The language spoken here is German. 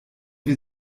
wir